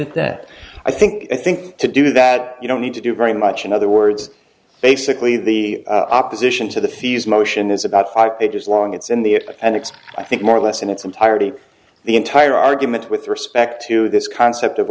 it that i think i think to do that you don't need to do very much in other words basically the opposition to the fees motion is about five pages long it's in the it and it's i think more or less in its entirety the entire argument with respect to this concept of